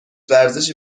ورزشی